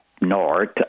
North